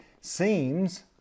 seems